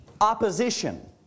opposition